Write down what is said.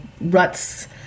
ruts